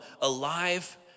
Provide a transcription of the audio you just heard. alive